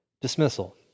Dismissal